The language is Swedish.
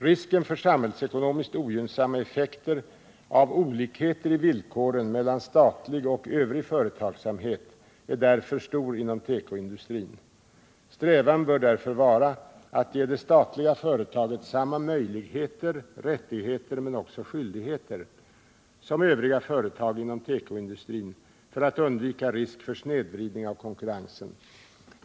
Risken för samhällsekonomiskt ogynnsamma effekter av olikheter i villkoren mellan statlig och övrig företagsamhet är därför stor inom tekoindustrin. Strävan bör därför vara att ge det statliga företaget samma möjligheter, rättigheter men också skyldigheter som övriga företag inom tekoindustrin för att undvika risk för snedvridning av konkurrensen.